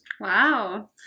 Wow